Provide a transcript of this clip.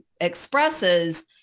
expresses